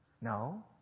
No